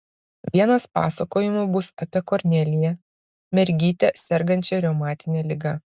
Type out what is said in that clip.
vienas pasakojimų bus apie korneliją mergytę sergančią reumatine liga